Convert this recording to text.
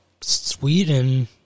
Sweden